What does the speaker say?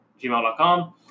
gmail.com